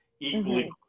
Equally